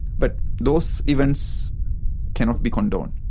but those events cannot be condoned,